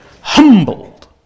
humbled